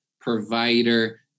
provider